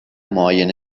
معاینه